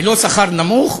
ולא שכר נמוך,